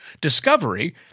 discovery